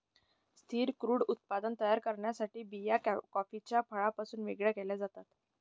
स्थिर क्रूड उत्पादन तयार करण्यासाठी बिया कॉफीच्या फळापासून वेगळे केल्या जातात